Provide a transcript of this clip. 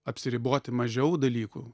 apsiriboti mažiau dalykų